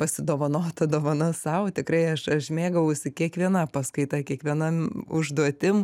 pasidovanota dovana sau tikrai aš aš mėgavausi kiekviena paskaita kiekviena užduotim